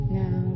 now